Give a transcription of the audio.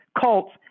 cults